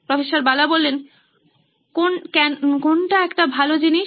proof বালা কোনটা একটা ভালো জিনিস